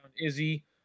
Izzy